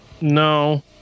No